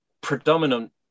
predominant